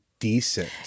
decent